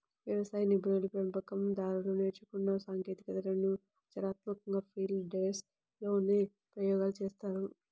వ్యవసాయ నిపుణులు, పెంపకం దారులు నేర్చుకున్న సాంకేతికతలను ఆచరణాత్మకంగా ఫీల్డ్ డేస్ లోనే ప్రయోగాలు చేస్తారు